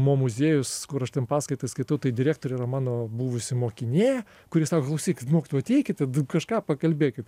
mo muziejus kur aš ten paskaitas skaitau tai direktorė yra mano buvusi mokinė kuri sako klausykit mokytojau ateikit ten kažką pakalbėkit